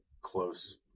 close